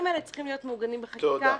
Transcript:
האלה צריכים להיות מעוגנים בחקיקה.